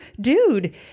dude